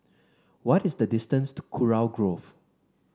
what is the distance to Kurau Grove